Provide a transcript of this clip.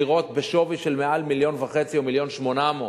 דירות בשווי של מעל 1.5 מיליון 1.8 מיליון,